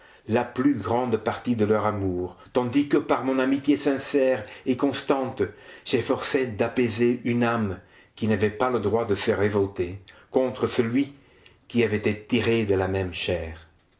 la plus grande partie de leur amour tandis que par mon amitié sincère et constante j'efforçai d'apaiser une âme qui n'avait pas le droit de se révolter contre celui qui avait été tiré de la même chair